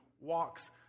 walks